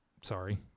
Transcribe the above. Sorry